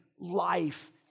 life